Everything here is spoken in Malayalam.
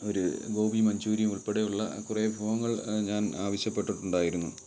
ഒര് ഗോബി മഞ്ചൂരിയും ഉൾപ്പെടെയുള്ള കുറെ വിഭവങ്ങൾ ഞാൻ ആവശ്യപ്പെട്ടട്ടുണ്ടായിരുന്നു